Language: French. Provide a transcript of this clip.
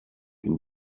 une